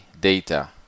data